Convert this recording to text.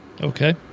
Okay